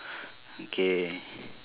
okay